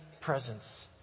presence